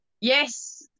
yes